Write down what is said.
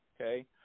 okay